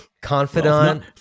Confidant